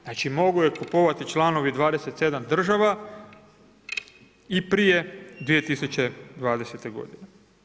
Znači mogu je kupovati članovi 27 država i prije 2020. godine.